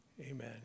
amen